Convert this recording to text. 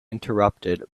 interrupted